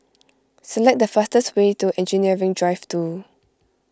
select the fastest way to Engineering Drive two